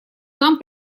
нам